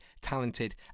talented